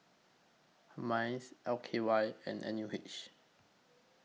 Minds L K Y and N U H